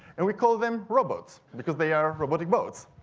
and we call them robots, because they are robotic boats,